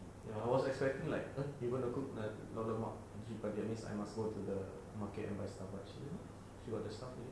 ya I was expecting like eh you gonna cook na~ lauk lemak cili padi that means I must go to the market and buy stuff but she did not she got the stuff already